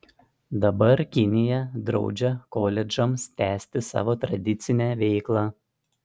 dabar kinija draudžia koledžams tęsti savo tradicinę veiklą